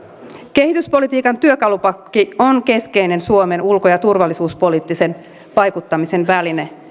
kehityspolitiikan työkalupakki on keskeinen suomen ulko ja turvallisuuspoliittisen vaikuttamisen väline